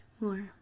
more